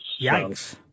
Yikes